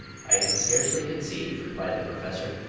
i can scarcely conceive, replied the professor,